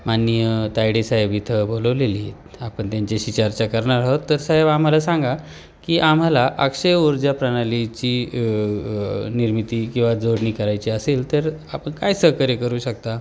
माननीय तायडेसाहेब इथं बोलवलेले आहेत आपण त्यांच्याशी चार्चा करणार आहोत तर साहेब आम्हाला सांगा की आम्हाला अक्षय ऊर्जा प्रणालीची निर्मिती किंवा जोडणी करायची असेल तर आपण काय सहकार्य करू शकता